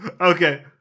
Okay